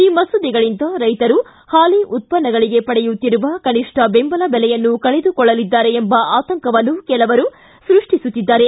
ಈ ಮಸೂದೆಗಳಿಂದ ರೈತರು ಹಾಲಿ ಉತ್ಪನ್ನಗಳಿಗೆ ಪಡೆಯುತ್ತಿರುವ ಕನಿಷ್ಠ ಬೆಂಬಲ ಬೆಲೆಯನ್ನು ಕಳೆದುಕೊಳ್ಳಲಿದ್ದಾರೆ ಎಂಬ ಆತಂಕವನ್ನು ಕೆಲವರು ಸೃಷ್ಟಿಸುತ್ತಿದ್ದಾರೆ